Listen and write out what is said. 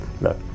look